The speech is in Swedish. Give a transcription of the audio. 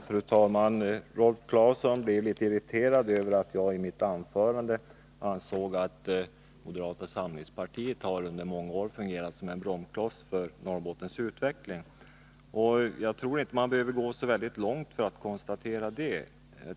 Fru talman! Rolf Clarkson blev litet irriterad över att jag i mitt anförande ansåg att moderata samlingspartiet under många år har fungerat som en bromskloss för Norrbottens utveckling. Jag tror inte att man behöver gå så långt för att konstatera det.